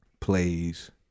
plays